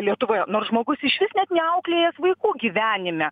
lietuvoje nors žmogus išvis net neauklėjęs vaikų gyvenime